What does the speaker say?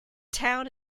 town